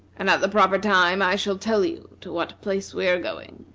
and at the proper time i shall tell you to what place we are going.